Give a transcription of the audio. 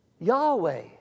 Yahweh